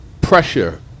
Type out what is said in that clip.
pressure